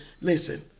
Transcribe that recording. listen